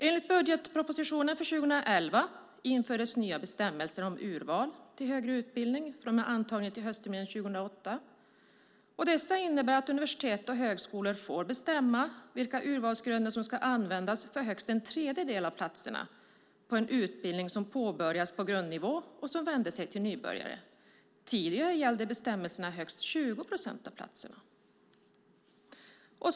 Enligt budgetpropositionen för 2011 infördes nya bestämmelser om urval till högre utbildning från och med höstterminen 2008. Dessa innebär att universitet och högskolor får bestämma vilka urvalsgrunder som ska användas för högst en tredjedel av platserna på en utbildning som påbörjas på grundnivå och som vänder sig till nybörjare. Tidigare gällde bestämmelserna högst 20 procent av platserna.